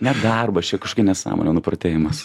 ne darbas čia kažkokia nesąmonė nuprotėjimas